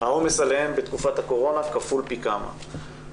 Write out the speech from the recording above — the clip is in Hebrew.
העומס עליהם בתקופת הקורונה כפול פי כמה.